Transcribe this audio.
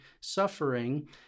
suffering